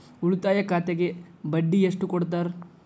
ಉಳಿತಾಯ ಖಾತೆಗೆ ಬಡ್ಡಿ ಎಷ್ಟು ಕೊಡ್ತಾರ?